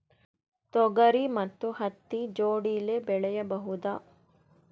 ತೊಗರಿ ಮತ್ತು ಹತ್ತಿ ಜೋಡಿಲೇ ಬೆಳೆಯಬಹುದಾ?